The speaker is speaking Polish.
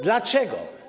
Dlaczego?